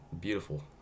Beautiful